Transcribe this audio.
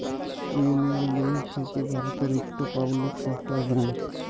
ইউলিয়ল ব্যাংক থ্যাকে ভারতের ইকট পাবলিক সেক্টর ব্যাংক